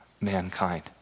mankind